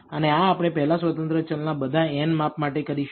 અને આ આપણે પહેલા સ્વતંત્ર ચલના બધા n માપ માટે કરીશું